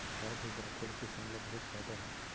गाय भईंस राखे ले किसान ल बहुत फायदा हे